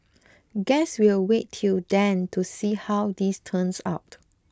guess we'll wait till then to see how this turns out